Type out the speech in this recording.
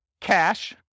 cash